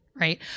Right